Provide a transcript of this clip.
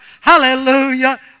Hallelujah